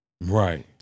Right